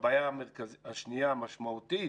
הבעיה השנייה המשמעותית